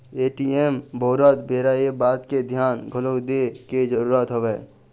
ATM बउरत बेरा ये बात के धियान घलोक दे के जरुरत हवय